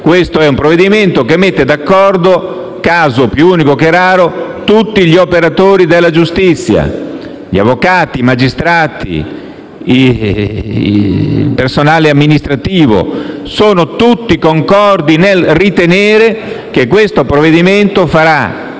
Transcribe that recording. questo è un provvedimento che mette d'accordo - caso più unico che raro - tutti gli operatori della giustizia: gli avvocati, i magistrati e il personale amministrativo. Sono tutti concordi nel ritenere che questo provvedimento farà